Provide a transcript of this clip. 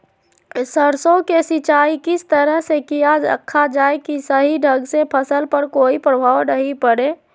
सरसों के सिंचाई किस तरह से किया रखा जाए कि सही ढंग से फसल पर कोई प्रभाव नहीं पड़े?